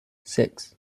six